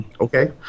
okay